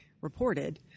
reported